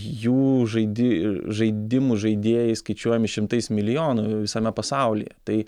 jų žaidi žaidimų žaidėjai skaičiuojami šimtais milijonų visame pasaulyje tai